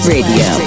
Radio